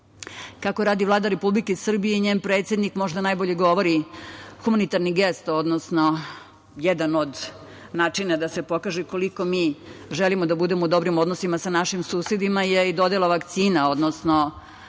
radi Vlada Republike Srbije i njen predsednik, možda najbolje govori humanitarni gest, odnosno jedan od načina da se pokaže koliko mi želimo da budemo u dobrim odnosima sa našim susedima, jeste i dodela vakcina, odnosno određena